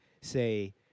say